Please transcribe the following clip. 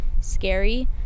scary